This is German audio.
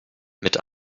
mit